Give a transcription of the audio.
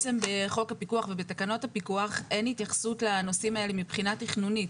בחוק הפיקוח ובתקנות הפיקוח אין התייחסות לנושאים האלה מבחינה תכנונית.